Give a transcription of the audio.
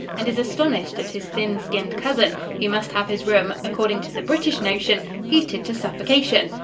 and is astonished at his thin-skinned cousin, who must have his room according to the british notion heated to suffocation.